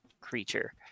creature